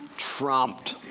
trumped.